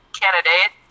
candidate